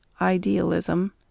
Idealism